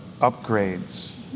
upgrades